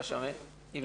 בבקשה.